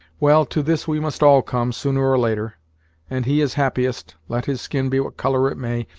well, to this we must all come, sooner or later and he is happiest, let his skin be what color it may,